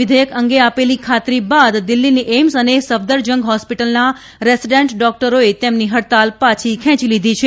વિઘેથક અંગે આપેલી ખાતરી બાદ દિલ્ફીની એઈમ્સ અને સફદરજંગ હોસ્પીટલના રેસીડેન્ટ ડોક્ટરોએ તેમની હડતાળ પાછી ખેંચી લીધી છે